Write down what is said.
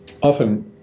often